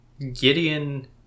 Gideon